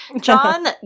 john